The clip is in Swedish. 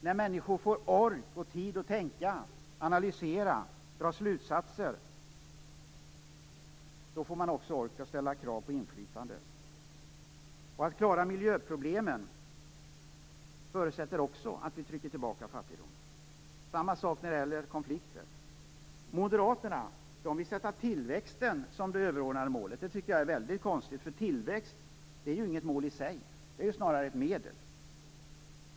När människor får ork och tid att tänka, analysera och dra slutsatser får de också ork att ställa krav på inflytande. Detta med att klara miljöproblemen förutsätter också att fattigdomen trycks tillbaka. På samma sätt förhåller det sig när det gäller konflikter. Moderaterna vill ha tillväxten som det överordnade målet, men det tycker jag är väldigt konstigt. Tillväxten är ju inget mål i sig, snarare ett medel.